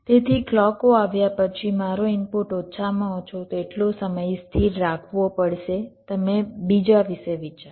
તેથી ક્લૉકો આવ્યા પછી મારો ઇનપુટ ઓછામાં ઓછો તેટલો સમય સ્થિર રાખવો પડશે તમે બીજા વિશે વિચારો